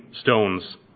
stones